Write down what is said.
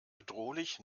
bedrohlich